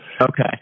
Okay